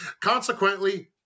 Consequently